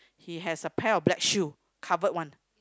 he has a pair of black shoe covered one